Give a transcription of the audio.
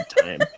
time